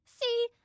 See